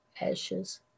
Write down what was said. ashes